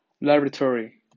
Laboratory